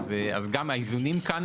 אז גם האיזונים כאן,